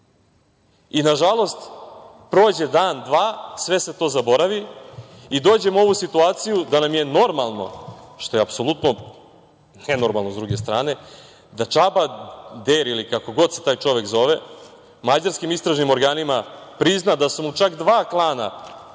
Nažalost, prođe dan-dva sve se to zaboravi i dođem u ovu situaciju da nam je normalno, što je apsolutno nenormalno s druge strane, da Čaba Der, ili kako god se taj čovek zove, mađarskim istražnim organima prizna da su mu čak dva klana